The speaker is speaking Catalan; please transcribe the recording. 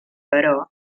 però